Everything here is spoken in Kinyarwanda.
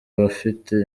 bafite